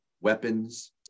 weapons